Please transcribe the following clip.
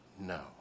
no